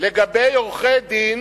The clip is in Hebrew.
לגבי עורכי-דין